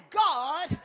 god